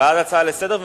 בעד הצעה לסדר-היום.